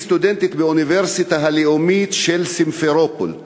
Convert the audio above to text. היא סטודנטית באוניברסיטה הלאומית של סימפרופול,